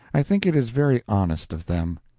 i think it is very honest of them.